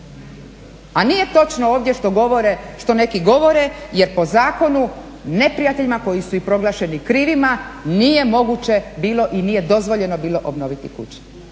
A nije točno ovdje što neki govore jer po zakonu neprijateljima koji su i proglašeni krivima nije moguće bilo i nije dozvoljeno bilo obnoviti kuće.